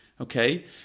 Okay